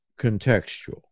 contextual